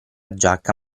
giacca